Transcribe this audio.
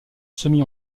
semi